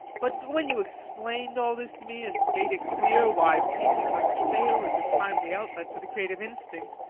but when you explained all this to me, and made it clear why painting must fail as a timely outlet for the creative instinct,